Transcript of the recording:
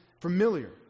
familiar